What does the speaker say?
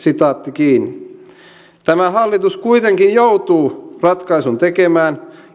tämä hallitus kuitenkin joutuu ratkaisun tekemään